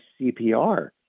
CPR